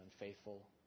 unfaithful